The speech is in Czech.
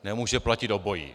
Nemůže platit obojí.